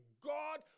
God